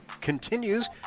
continues